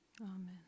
Amen